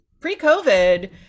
pre-COVID